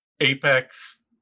Apex